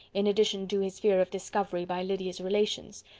in addition to his fear of discovery by lydia's relations,